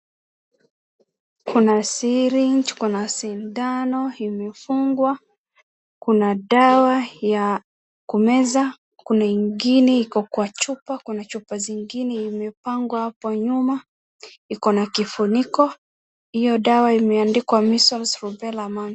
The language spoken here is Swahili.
Kuna syringe kuna sindano imefungwa, kuna dawa ya kumeza kuna ingine iko kwa chua kuna chupa zingine imepangwa hapo nyuma iko na kifuniko hio dawa imeandikwa measles rovelaman .